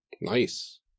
Nice